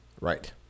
Right